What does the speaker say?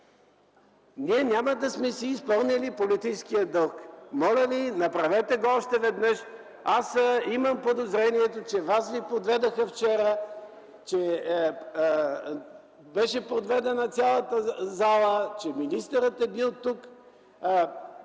Ние няма да сме си изпълнили политическия дълг. Моля Ви, направете го още веднъж. Аз имам подозрението, че Вас Ви подведоха вчера, беше подведена цялата зала, че министърът е бил тук.